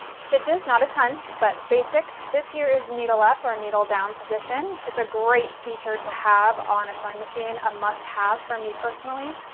stitches not a ton but basic this here is needle up or needle down position it's a great feature to have on a sewing machine a must-have for me personally,